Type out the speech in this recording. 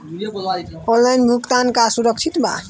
Online भुगतान का सुरक्षित बा?